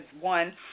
one